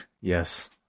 Yes